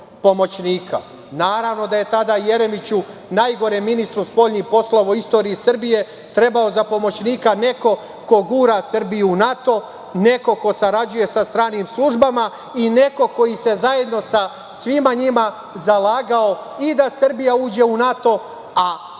Naravno da je tada Jeremiću, najgorem ministru spoljnih poslova u istoriji Srbije, trebao za pomoćnika neko ko gura Srbiju u NATO, neko ko sarađuje sa stranim službama i neko ko se zajedno sa svima njima zalagao i da Srbija uđe u NATO, a da